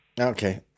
Okay